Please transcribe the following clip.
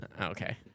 okay